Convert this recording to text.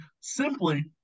simply